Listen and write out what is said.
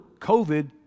COVID